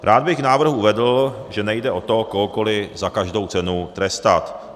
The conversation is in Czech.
Rád bych k návrhu uvedl, že nejde o to kohokoli za každou cenu trestat.